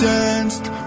danced